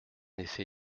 effet